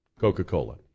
Coca-Cola